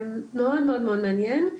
מאוד מעניין.